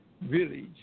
village